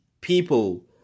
people